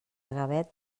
gavet